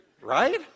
Right